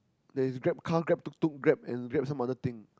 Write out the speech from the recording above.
there is Grab car Grab tuk-tuk Grab and Grab some other thing